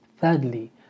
Thirdly